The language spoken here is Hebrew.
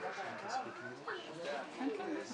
אנחנו